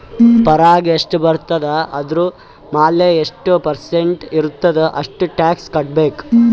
ಪಗಾರ್ ಎಷ್ಟ ಬರ್ತುದ ಅದುರ್ ಮ್ಯಾಲ ಎಷ್ಟ ಪರ್ಸೆಂಟ್ ಇರ್ತುದ್ ಅಷ್ಟ ಟ್ಯಾಕ್ಸ್ ಕಟ್ಬೇಕ್